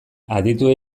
adituei